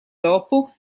dopo